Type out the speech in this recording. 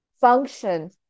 function